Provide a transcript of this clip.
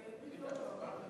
גברתי היושבת-ראש,